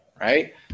right